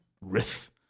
riff